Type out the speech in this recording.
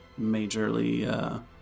majorly